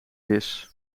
vis